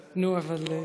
שולי, תחליפי טלפון.